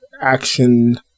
Action